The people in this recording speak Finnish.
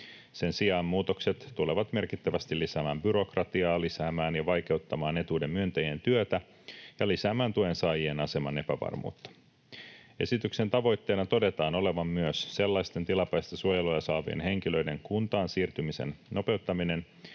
Sen sijaan muutokset tulevat merkittävästi lisäämään byrokratiaa, lisäämään ja vaikeuttamaan etuuden myöntäjien työtä ja lisäämään tuensaajien aseman epävarmuutta. Esityksen tavoitteena todetaan olevan myös sellaisten tilapäistä suojelua saavien henkilöiden kuntaan siirtymisen nopeuttaminen,